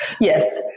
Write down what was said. Yes